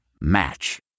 Match